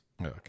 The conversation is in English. Okay